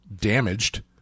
damaged